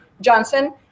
Johnson